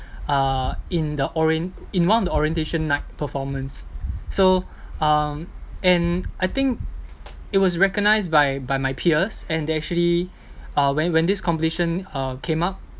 uh in the orien~ in one of the orientation night performance so um and I think it was recognised by by my peers and they actually uh when when this competition uh came up